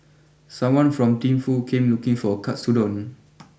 someone from Thimphu came looking for Katsudon